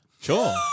Sure